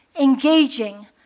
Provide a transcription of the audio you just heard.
engaging